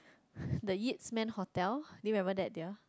the Yips-Man-Hotel do you remember that dear